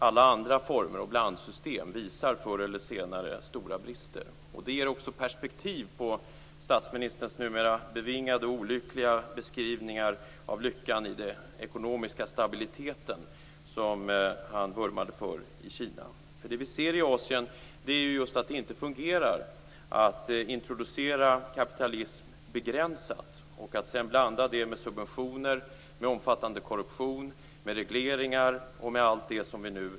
Alla andra former och blandsystem visar förr eller senare stora brister. Detta ger också perspektiv på statsministerns numera bevingade, olyckliga beskrivningar av lyckan i den ekonomiska stabilitet som han vurmade för i Kina. Det vi ser i Asien är just att det inte fungerar att introducera kapitalism begränsat och att sedan blanda det med subventioner, omfattande korruption och regleringar.